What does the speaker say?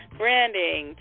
branding